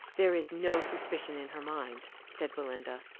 there is no suspicion in her mind, said belinda.